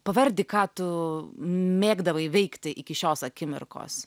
pavardyk ką tu mėgdavai veikti iki šios akimirkos